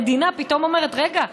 המדינה פתאום אומרת: רגע,